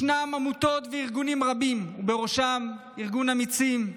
ישנן עמותות וארגונים רבים, ובראשם ארגון אמיצים,